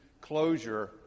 closure